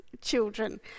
children